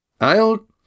I'll